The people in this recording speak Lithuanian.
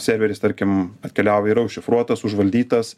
serveris tarkim atkeliauja yra užšifruotas užvaldytas